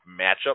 matchup